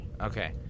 Okay